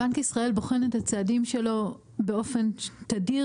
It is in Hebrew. בנק ישראל בוחן את הצעדים שלו באופן תדיר